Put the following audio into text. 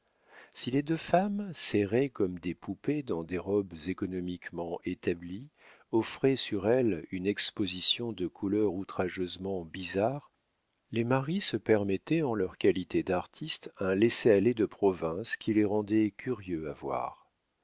si les deux femmes serrées comme des poupées dans des robes économiquement établies offraient sur elles une exposition de couleurs outrageusement bizarres les maris se permettaient en leur qualité d'artistes un laissez-aller de province qui les rendait curieux à voir